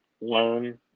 learn